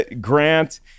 Grant